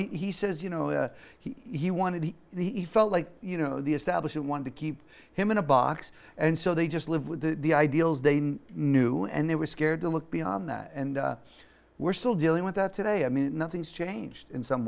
he says you know he wanted to the effect like you know the establishment want to keep him in a box and so they just live with the ideals they knew and they were scared to look beyond that and we're still dealing with that today i mean nothing's changed in some